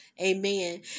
Amen